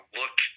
look